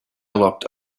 locked